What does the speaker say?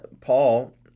paul